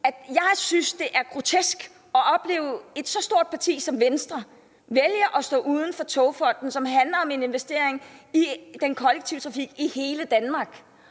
jeg synes, det er grotesk at opleve et så stort parti som Venstre vælge at stå uden for Togfonden DK, som handler om en investering i den kollektive trafik i hele Danmark.